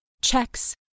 checks